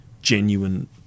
genuine